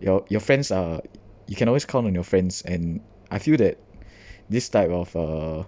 your your friends are you can always count on your friends and I feel that this type of uh